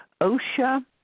OSHA